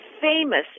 famous